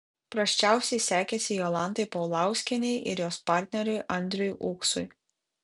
prasčiausiai sekėsi jolantai paulauskienei ir jos partneriui andriui uksui